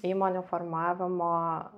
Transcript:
įmonių formavimo